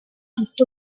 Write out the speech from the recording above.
tutto